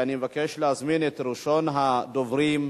אני מבקש להזמין את ראשון הדוברים,